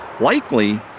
likely